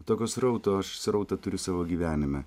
tokio srauto aš srautą turiu savo gyvenime